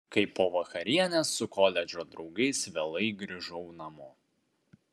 kai po vakarienės su koledžo draugais vėlai grįžau namo